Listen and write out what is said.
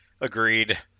agreed